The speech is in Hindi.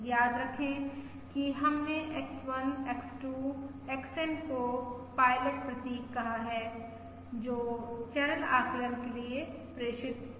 याद रखें कि हमने X1 X2 XN को पायलट प्रतीक कहा हैं जो चैनल आकलन के लिए प्रेषित हैं